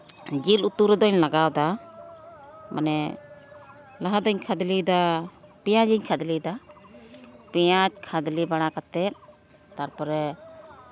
ᱡᱤᱞ ᱩᱛᱩ ᱨᱮᱫᱚᱧ ᱞᱟᱜᱟᱣᱫᱟ ᱞᱟᱦᱟ ᱛᱤᱧ ᱠᱷᱟᱫᱽᱞᱮᱭᱮᱫᱟ ᱯᱮᱸᱭᱟᱡᱽ ᱤᱧ ᱠᱷᱟᱫᱽᱞᱮᱭᱮᱫᱟ ᱯᱮᱸᱭᱟᱡᱽ ᱠᱷᱟᱫᱽᱞᱮ ᱵᱟᱲᱟ ᱠᱟᱛᱮ ᱛᱟᱨᱯᱚᱨᱮ